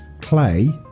Clay